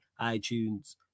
iTunes